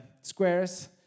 squares